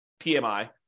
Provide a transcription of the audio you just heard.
PMI